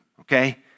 okay